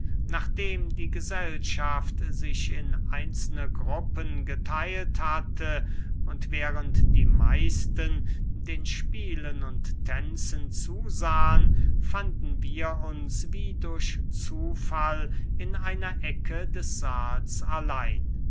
nachdem die gesellschaft sich in einzelne gruppen getheilt hatte und während die meisten den spielen und tänzen zusahen fanden wir uns wie durch zufall in einer ecke des sahls allein